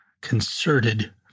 concerted